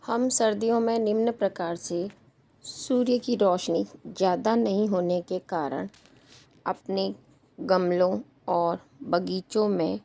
हम सर्दियों में निम्न प्रकार से सूर्य की रोशनी ज़्यादा नहीं होने के कारण अपने गमलों और बगीचों में